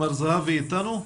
מר זהבי איתנו?